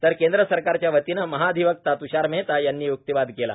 तर केंद्र सरकारच्या वतीनं महाधिवक्ता तुषार मेहता यांनी य्क्तिवाद केला